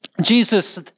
Jesus